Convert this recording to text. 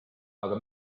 aga